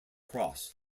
cross